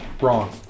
Wrong